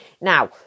now